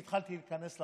והתחלתי להיכנס לפרטים,